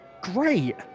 Great